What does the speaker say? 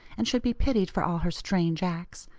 and should be pitied for all her strange acts.